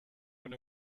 when